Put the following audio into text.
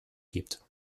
gibt